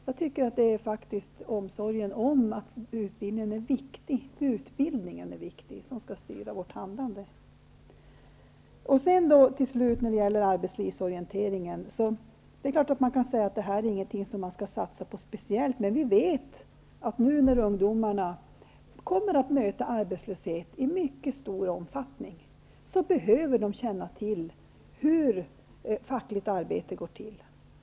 Jag tycker att det är omsorgen om utbildningen som skall styra vårt handlande. Det är klart att vi kan säga att arbetslivsorienteringen inte är något som man skall satsa på speciellt. Men vi vet att nu när ungdomarna kommer att möta arbetslöshet i mycket stor omfattning behöver de känna till hur fackligt arbete går till.